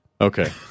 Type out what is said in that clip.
Okay